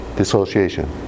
Dissociation